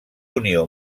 unió